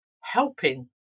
helping